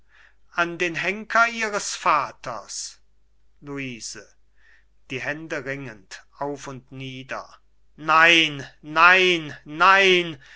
an den henker ihres vaters luise die hände ringend auf und nieder nein nein nein